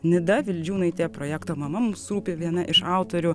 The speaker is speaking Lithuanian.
nida vildžiūnaitė projekto mama mums rūpi viena iš autorių